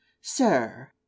Sir